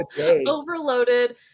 overloaded